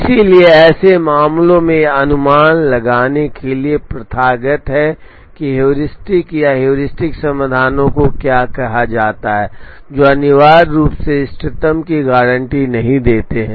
इसलिए ऐसे मामलों में यह अनुमान लगाने के लिए प्रथागत है कि हेयुरिस्टिक्स या हेयुरिस्टिक समाधानों को क्या कहा जाता है जो अनिवार्य रूप से इष्टतम की गारंटी नहीं देते हैं